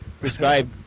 prescribe